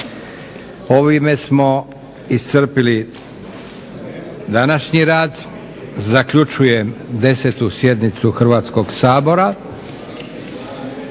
Ovime smo iscrpili današnji rad. Zaključujem 10 sjednicu Hrvatskog sabora.